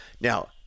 now